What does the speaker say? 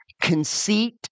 Conceit